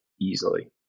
easily